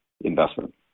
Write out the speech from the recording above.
investment